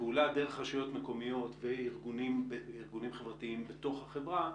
פעולה דרך רשויות מקומיות וארגונים חברתיים בתוך החברה,